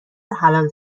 حلال